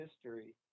history